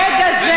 ברגע זה,